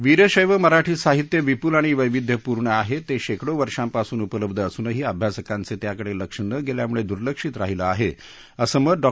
वीरशैव मराठी साहित्य विप्ल आणि वैविध्यपूर्ण आहे ते शेकडो वर्षापासून उपलब्ध असूनही अभ्यासकांचे याकडे लक्ष न गेल्यामुळे दुर्लक्षित राहिलं आहे असं मत डॉ